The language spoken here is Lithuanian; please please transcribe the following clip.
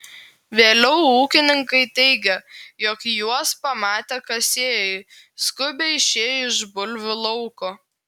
vėliau ūkininkai teigė jog juos pamatę kasėjai skubiai išėjo iš bulvių lauko